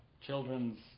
children's